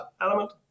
element